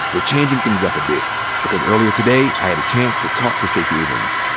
we're changing things up a bit because earlier today i had a chance to talk to stacey abrams.